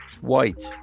White